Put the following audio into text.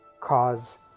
cause